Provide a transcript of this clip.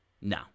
No